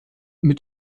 mit